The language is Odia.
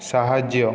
ସାହାଯ୍ୟ